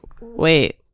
wait